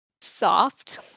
soft